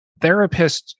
therapists